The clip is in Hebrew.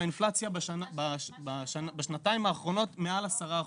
האינפלציה בשנתיים האחרונות מעל 10%,